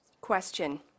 Question